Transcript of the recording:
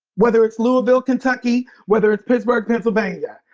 whether it's louisville, kentucky, whether it's pittsburgh, pennsylvania,